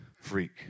freak